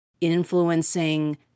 influencing